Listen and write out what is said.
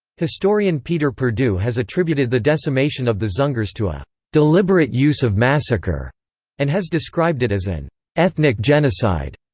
historian peter perdue has attributed the decimation of the dzungars to a deliberate use of massacre and has described it as an ethnic genocide.